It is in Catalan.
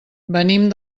venim